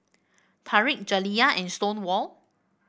Tarik Jaliyah and Stonewall